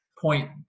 point